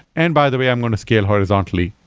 and by the way, i'm going to scale horizontally,